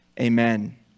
Amen